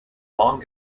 long